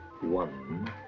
One